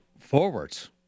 forwards